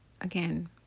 Again